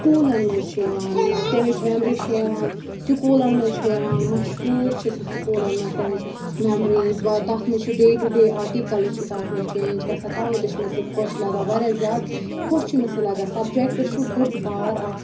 سکوٗلَن مَنٛز چھِ یِوان یا تَمِچ مٮ۪مری چھِ یِوان سکوٗلَن مَنٛز چھِ یِوان مَشہوٗر چھُ سُہ سکوٗلَن مَنٛز تَمِچ مٮ۪مری با تَتھ مَنٛز چھِ ڈے ٹُہ ڈے آٹِکَلٕز چھِ تَتھ مَنٛز چینٛج گژھان تَوے تہِ چھِ مےٚ سُہ خوش لَگان واریاہ زیادٕ خوش چھُ مےٚ سُہ لَگان سَبجَکٹ چھُ بوٚڈ بار اَکھ